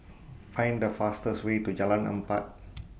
Find The fastest Way to Jalan Empat